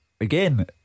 Again